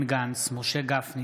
בעד דוד ביטן,